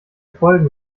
folgen